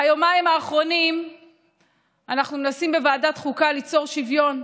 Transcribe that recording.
ביומיים האחרונים אנחנו מנסים בוועדת החוקה ליצור שוויון,